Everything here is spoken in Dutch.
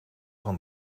van